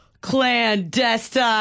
clandestine